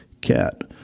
cat